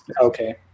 okay